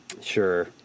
Sure